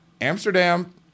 Amsterdam